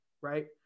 right